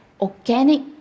organic